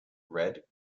red